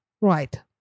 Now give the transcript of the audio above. Right